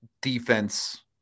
defense